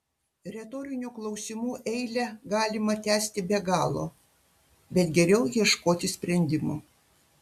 retorinių klausimų eilę galima tęsti be galo bet geriau ieškoti sprendimo